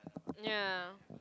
ya